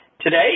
today